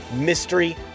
mystery